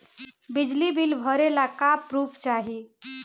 बिजली बिल भरे ला का पुर्फ चाही?